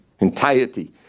entirety